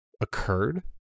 occurred